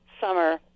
summer